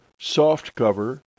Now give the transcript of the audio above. softcover